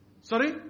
Sorry